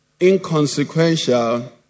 inconsequential